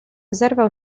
zerwał